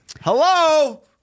Hello